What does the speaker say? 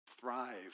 thrive